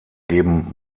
geben